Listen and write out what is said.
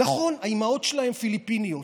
נכון, האימהות שלהם פיליפיניות.